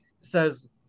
says